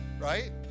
right